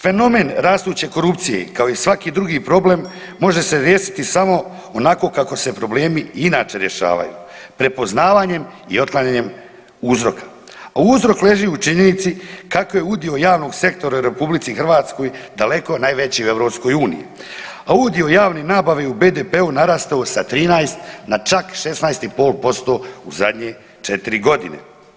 Fenomen rastuće korupcije, kao i svaki drugi problem, može se desiti samo onako kako se problemi i inače rješavaju, prepoznavanjem i otklanjanjem uzroka, a uzrok ležu u činjenici kako je udio javnog sektora u RH daleko najveći u EU, a udio javne nabave u BDP-u narastao sa 13 na čak 16,5% u zadnje 4 godine.